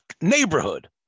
neighborhood